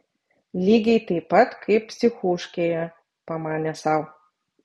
lygiai taip pat kaip psichuškėje pamanė sau